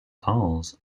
dolls